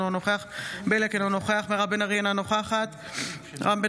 אינו נוכח ואליד אלהואשלה, אינו נוכח קארין